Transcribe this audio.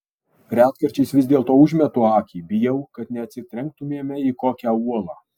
retkarčiais vis dėlto užmetu akį bijau kad neatsitrenktumėme į kokią uolą